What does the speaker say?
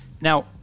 Now